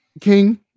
King